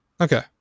Okay